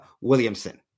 Williamson